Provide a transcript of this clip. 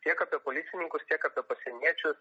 tiek apie policininkus tiek apie pasieniečius